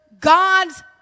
God's